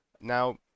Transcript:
Now